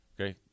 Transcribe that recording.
Okay